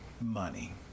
money